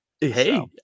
Hey